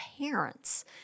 parents